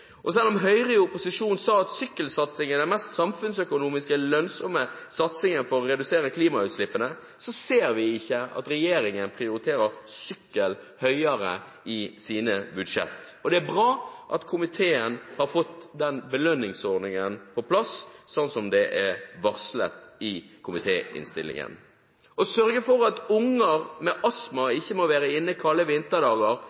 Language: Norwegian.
og selv om Høyre i opposisjon sa at sykkelsatsingen er den samfunnsøkonomisk mest lønnsomme satsingen for å redusere klimautslippene, ser vi ikke at regjeringen prioriterer sykkel høyere i sine budsjetter. Og det er bra at komiteen har fått den belønningsordningen på plass, slik det er varslet i komitéinnstillingen. Å sørge for at unger med astma